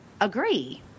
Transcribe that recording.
agree